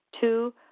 Two